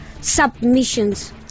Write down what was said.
submissions